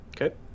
Okay